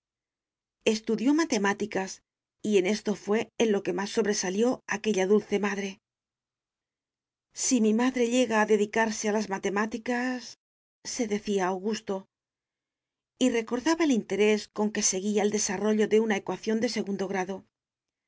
estudió matemáticas y en esto fué en lo que más sobresalió aquella dulce madre si mi madre llega a dedicarse a las matemáticas se decía augusto y recordaba el interés con que seguía el desarrollo de una ecuación de segundo grado